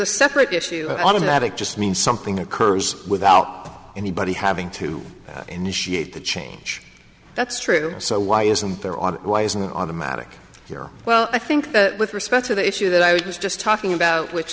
a separate issue of automatic just mean something occur without anybody having to initiate the change that's true so why isn't there or why isn't it automatic you know well i think with respect to the issue that i was just talking about which